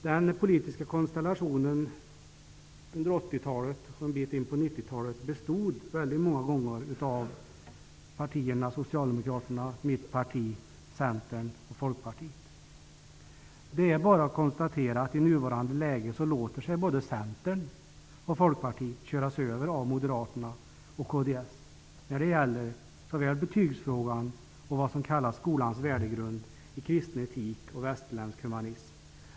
Den politiska konstellationen under 1980-talet och en bit in på 1990-talet bestod ofta av Folkpartiet. Det är bara att konstatera att i nuvarande läge låter sig både Centern och Folkpartiet köras över av Moderaterna och kds när det gäller såväl betygsfrågan som det som kallas skolans värdegrund, nämligen kristen etik och västerländsk humanism.